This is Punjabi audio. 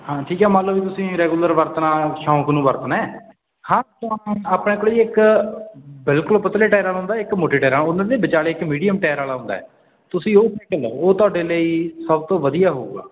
ਹਾਂ ਠੀਕ ਹੈ ਮੰਨ ਲਓ ਜੀ ਤੁਸੀਂ ਰੈਗੂਲਰ ਵਰਤਣਾ ਸ਼ੌਂਕ ਨੂੰ ਵਰਤਣਾ ਹਾਂ ਆਪਣੇ ਕੋਲ ਇੱਕ ਬਿਲਕੁਲ ਪਤਲੇ ਟਾਇਰਾਂ ਨੂੰ ਹੁੰਦਾ ਇੱਕ ਮੋਟੇ ਟਾਇਰਾਂ ਉਹਨਾਂ ਦੇ ਵਿਚਾਲੇ ਇੱਕ ਮੀਡੀਅਮ ਟਾਇਰ ਵਾਲਾ ਹੁੰਦਾ ਤੁਸੀਂ ਉਹ ਸਾਈਕਲ ਲਓ ਉਹ ਤੁਹਾਡੇ ਲਈ ਸਭ ਤੋਂ ਵਧੀਆ ਹੋਊਗਾ